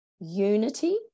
unity